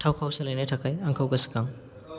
थावखौ सोलायनो थाखाय आंखौ गोसोखां